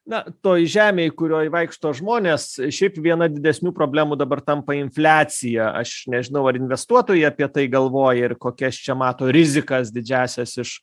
na toj žemėj kurioj vaikšto žmonės šiaip viena didesnių problemų dabar tampa infliacija aš nežinau ar investuotojai apie tai galvoja ir kokias čia mato rizikas didžiąsias iš